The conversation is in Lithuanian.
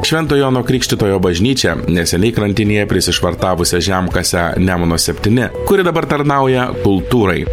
švento jono krikštytojo bažnyčią neseniai krantinėje prisišvartavusią žemkasę nemuno septyni kuri dabar tarnauja kultūrai